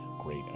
great